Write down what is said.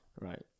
Right